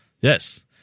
Yes